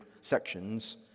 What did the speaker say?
sections